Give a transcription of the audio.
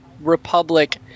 Republic